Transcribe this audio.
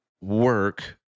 work